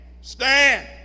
stand